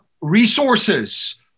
resources